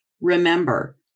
Remember